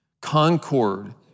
concord